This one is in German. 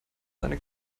seine